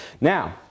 Now